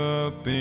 up